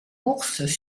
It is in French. courses